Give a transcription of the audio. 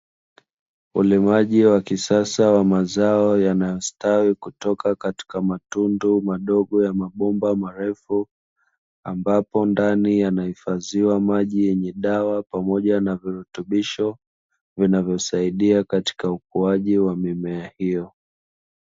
Ulimaji wa kisasa wa mazao yanayostawi kutoka katika matundu madogo ya mabomba marefu, ambapo ndani yanahifadhia maji yenye dawa pamoja na virutubisho vinavyosaidia katika ukuaji wa mimea hio.